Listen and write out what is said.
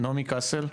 נעמי קסל.